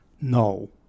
No